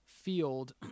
Field